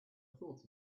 thought